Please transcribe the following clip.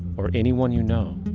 or anyone you know,